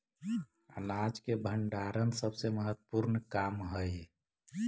अनाज के भण्डारण सबसे महत्त्वपूर्ण काम हइ